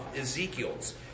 Ezekiel's